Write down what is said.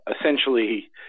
essentially